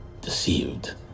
deceived